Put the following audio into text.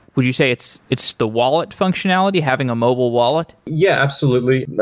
would you say it's it's the wallet functionality, having a mobile wallet? yeah, absolutely.